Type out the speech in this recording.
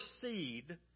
seed